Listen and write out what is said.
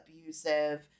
abusive